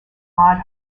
odd